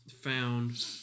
found